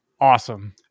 Awesome